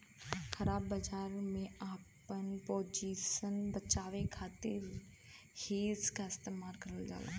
ख़राब बाजार में आपन पोजीशन बचावे खातिर हेज क इस्तेमाल करल जाला